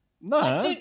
No